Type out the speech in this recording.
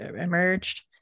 emerged